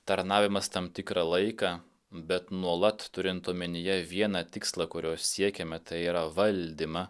tarnavimas tam tikrą laiką bet nuolat turint omenyje vieną tikslą kurio siekiame tai yra valdymą